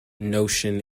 notion